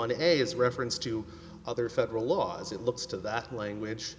a is reference to other federal laws it looks to that language